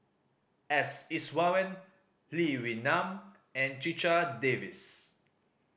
S Iswaran Lee Wee Nam and Checha Davies